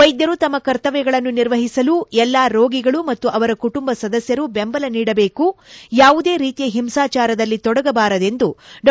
ವೈದರು ತಮ್ಮ ಕರ್ತವ್ಯಗಳನ್ನು ನಿರ್ವಹಿಸಲು ಎಲ್ಲಾ ರೋಗಿಗಳು ಮತ್ತು ಅವರ ಕುಟುಂಬ ಸದಸ್ದರು ಬೆಂಬಲ ನೀಡಬೇಕು ಯಾವುದೇ ರೀತಿಯ ಹಿಂಸಾಚಾರದಲ್ಲಿ ತೊಡಗಬಾರದೆಂದು ಡಾ